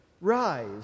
Rise